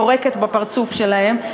יורקת בפרצוף שלהם.